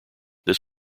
this